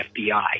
FBI